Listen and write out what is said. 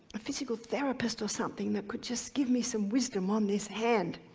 physical therapist, or something, that could just give me some wisdom on this hand.